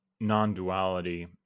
non-duality